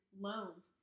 loans